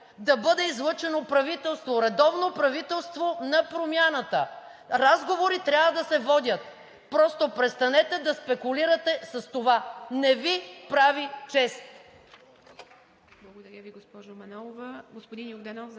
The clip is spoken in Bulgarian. да бъде излъчено правителство, редовно правителство на промяната, разговори трябва да се водят. Просто престанете да спекулирате с това! Не Ви прави чест.